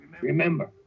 Remember